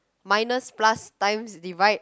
minus plus times divide